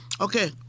okay